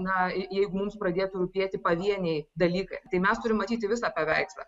na jeigu mums pradėtų rūpėti pavieniai dalykai tai mes turim matyti visą paveikslą